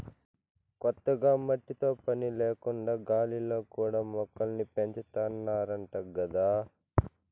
కొత్తగా మట్టితో పని లేకుండా గాలిలో కూడా మొక్కల్ని పెంచాతన్నారంట గదా